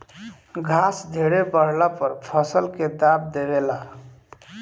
घास ढेरे बढ़ला पर फसल के दाब देवे ला